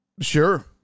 Sure